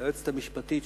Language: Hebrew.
ליועצת המשפטית,